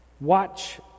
watch